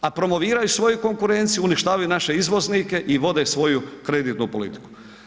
A promoviraju svoju konkurenciju, uništavaju naše izvoznike i vode svoju kreditnu politiku.